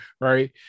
right